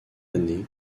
année